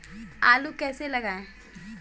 आलू कैसे लगाएँ?